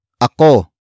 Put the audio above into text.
ako